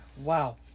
Wow